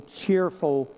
cheerful